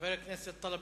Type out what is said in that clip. חבר הכנסת טלב